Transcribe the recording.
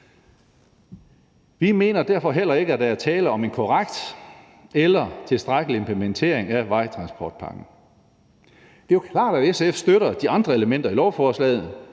Vi mener derfor heller ikke, at der er tale om en korrekt eller tilstrækkelig implementering af vejtransportpakken. Det er jo klart, at SF støtter de andre elementer i lovforslaget,